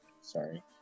Sorry